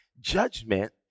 judgment